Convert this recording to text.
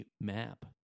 map